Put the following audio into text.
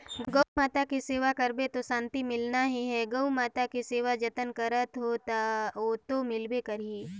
गउ माता के सेवा करबे त सांति तो मिलना ही है, गउ माता के सेवा जतन करत हो त ओतो मिलबे करही